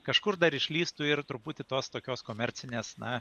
kažkur dar išlįstų ir truputį tos tokios komercinės na